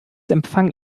empfang